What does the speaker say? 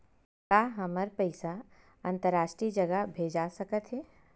का हमर पईसा अंतरराष्ट्रीय जगह भेजा सकत हे?